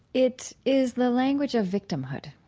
it is the language of victimhood.